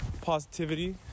positivity